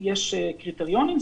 יש קריטריונים,